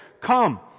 Come